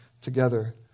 together